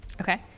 Okay